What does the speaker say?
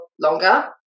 longer